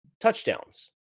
touchdowns